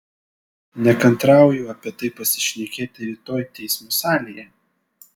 nekantrauju apie tai pasišnekėti rytoj teismo salėje